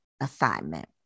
assignment